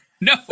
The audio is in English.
no